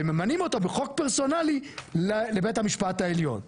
וממנים אותו בחוק פרסונלי לבית המשפט העליון,